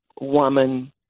woman